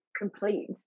Complete